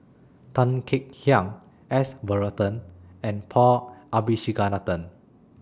Tan Kek Hiang S Varathan and Paul Abisheganaden